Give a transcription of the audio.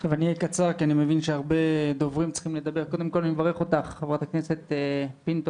אקצר, קודם כל אני אברך אותך חברת הכנסת פינטו,